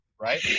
Right